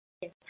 yes